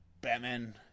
Batman